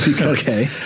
Okay